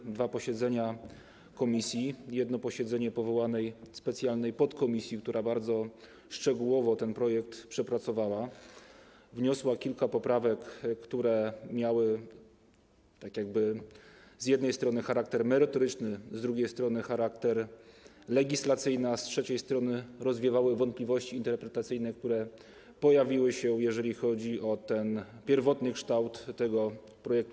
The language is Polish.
Były dwa posiedzenia komisji i jedno posiedzenie powołanej specjalnej podkomisji, która bardzo szczegółowo przepracowała ten projekt i wniosła kilka poprawek, które miały z jednej strony charakter merytoryczny, z drugiej strony charakter legislacyjny, a z trzeciej strony rozwiewały wątpliwości interpretacyjne, które pojawiły się, jeżeli chodzi o pierwotny kształt projektu.